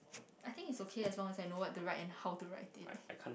I think it's okay as long as I know what to write and how to write it